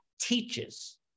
teaches